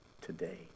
today